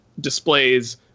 displays